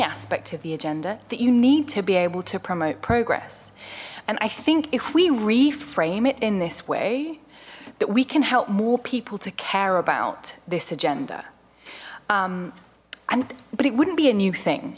aspect of the agenda that you need to be able to promote progress and i think if we reframe it in this way that we can help more people to care about this agenda and but it wouldn't be a new thing